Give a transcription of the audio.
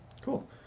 Cool